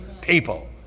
people